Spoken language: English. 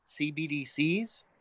CBDCs